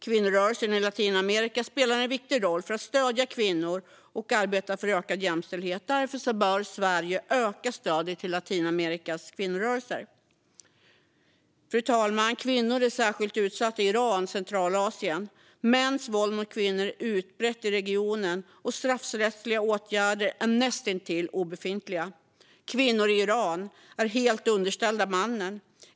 Kvinnorörelsen i Latinamerika spelar en viktig roll i arbetet för att stödja kvinnor och öka jämställdheten, och därför bör Sverige öka stödet till Latinamerikas kvinnorörelser. Fru talman! Kvinnor är särskilt utsatta i Iran och Centralasien. Mäns våld mot kvinnor är utbrett i regionen, och straffrättsliga åtgärder är näst intill obefintliga. Kvinnor i Iran är helt underställda mannen.